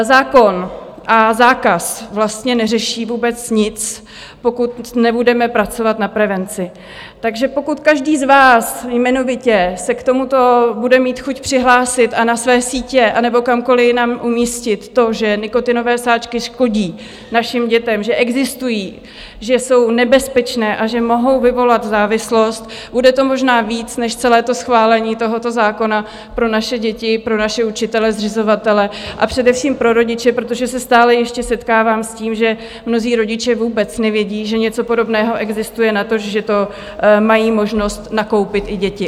Zákon a zákaz vlastně neřeší vůbec nic, pokud nebudeme pracovat na prevenci, takže pokud každý z vás jmenovitě se k tomuto bude mít chuť přihlásit a na své sítě anebo kamkoliv jinam umístit to, že nikotinové sáčky škodí našim dětem, že existují, že jsou nebezpečné a že mohou vyvolat závislost, bude to možná víc než celé schválení tohoto zákona pro naše děti, pro naše učitele, zřizovatele, a především pro rodiče, protože se stále ještě setkávám s tím, že mnozí rodiče vůbec nevědí, že něco podobného existuje, natož že to mají možnost nakoupit i děti.